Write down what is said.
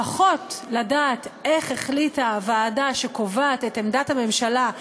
לפחות לדעת איך החליטה הוועדה שקובעת את עמדת הממשלה,